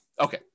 Okay